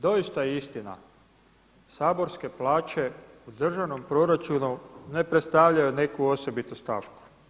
Doista je istina saborske plaće u državnom proračunane predstavljaju neku osobitu stavku.